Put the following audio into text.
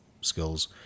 skills